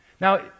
Now